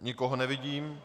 Nikoho nevidím.